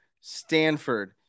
Stanford